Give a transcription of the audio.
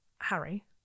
harry